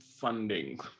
funding